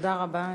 תודה רבה.